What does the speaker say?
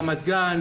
רמת גן,